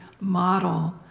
model